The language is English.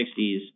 60s